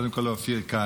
קודם כול לאופיר כץ,